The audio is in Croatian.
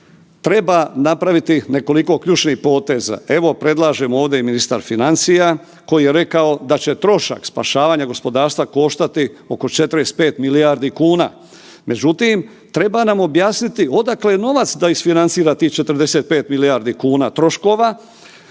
treba napraviti nekoliko ključnih poteza. Evo, predlažem ovdje i ministar financija koji je rekao da će trošak spašavanja gospodarstva koštati oko 45 milijardi kuna. Međutim, treba nam objasniti odakle je novac da isfinancira tih 45 milijardi kuna troškova.